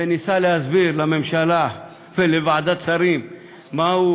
וניסה להסביר לממשלה ולוועדת השרים מהו